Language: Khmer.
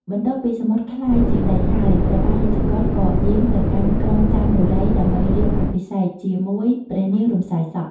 បន្ទាប់ពីសមុទ្រក្លាយជាដីហើយ ព្រះបាទរាជកុល ក៏យាងទៅកាន់ក្រុងចន្ទបុរី ដើម្បីរៀបអភិសេកជាមួយព្រះនាងរំសាយសក់។